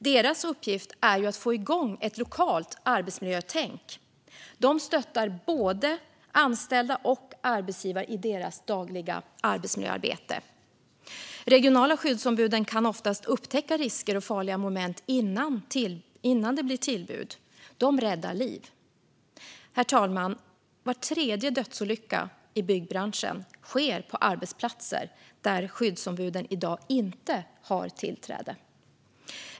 Deras uppgift är att få igång ett lokalt arbetsmiljötänk, och de stöttar både anställda och arbetsgivare i det dagliga arbetsmiljöarbetet. De regionala skyddsombuden kan oftast upptäcka risker och farliga moment innan tillbud inträffar. De räddar liv. Herr talman! Var tredje dödsolycka i byggbranschen sker på arbetsplatser där skyddsombuden i dag inte har tillträde.